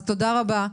אז תודה רבה.